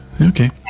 Okay